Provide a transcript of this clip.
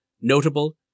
notable